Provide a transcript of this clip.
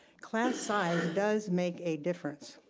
class size does make a difference.